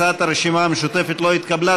הצעת הרשימה המשותפת לא התקבלה.